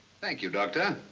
thank you, doctor.